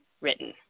written